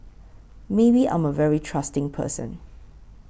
maybe I'm a very trusting person